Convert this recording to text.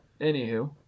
anywho